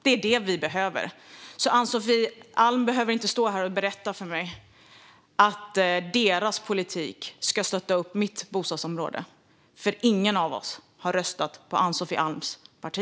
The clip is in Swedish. Det är vad vi behöver. Ann-Sofie Alm behöver inte stå här och berätta för mig att deras politik ska stötta upp mitt bostadsområde. Ingen av oss har röstat på Ann-Sofie Alms parti.